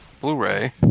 Blu-ray